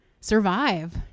survive